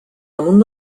damunt